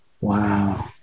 Wow